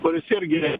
kuris irgi